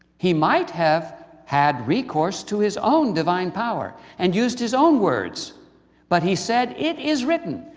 he might have had recourse to his own divine power, and used his own words but he said, it is written,